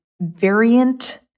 variant